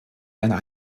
einen